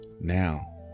now